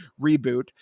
reboot